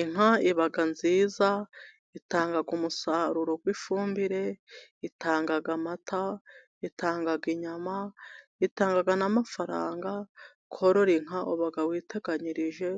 Inka iba nziza, itanga umusaruro w'ifumbire, itanga amata, itanga inyama, itanga n'amafaranga. Korora inka uba witeganyirije.